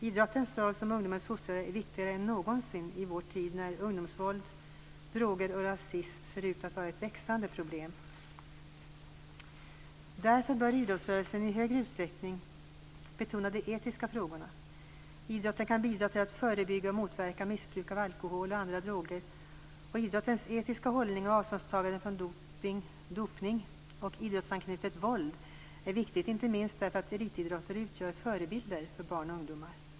Idrottens roll som ungdomens fostrare är viktigare än någonsin i vår tid, när ungdomsvåld, droger och rasism ser ut att vara ett växande problem. Därför bör idrottsrörelsen i större utsträckning betona de etiska frågorna. Idrotten kan bidra till att förebygga och motverka missbruk av alkohol och andra droger, och idrottens etiska hållning och avståndstagande från dopning och idrottsanknutet våld är viktigt inte minst därför att elitidrottare utgör förebilder för barn och ungdomar.